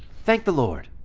thank the lord!